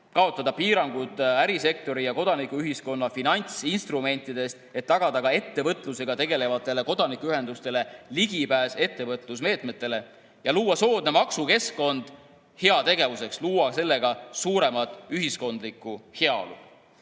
kaotada piirangud ärisektori ja kodanikuühiskonna finantsinstrumentidest, et tagada ka ettevõtlusega tegelevatele kodanikuühendustele ligipääs ettevõtlusmeetmetele ja luua soodne maksukeskkond heategevuseks, luua sellega suuremat ühiskondlikku heaolu.